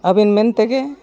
ᱟᱹᱵᱤᱱ ᱢᱮᱱ ᱛᱮᱜᱮ